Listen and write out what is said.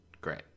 Great